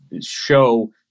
show